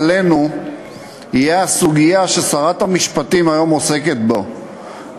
מעלינו יהיה הסוגיה ששרת המשפטים היום עוסקת בה,